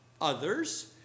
Others